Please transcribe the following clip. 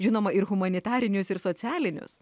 žinoma ir humanitarinius ir socialinius